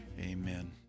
Amen